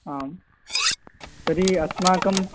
आं तर्हि अस्माकं